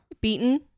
beaten